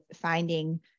finding